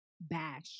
bash